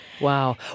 Wow